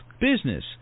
business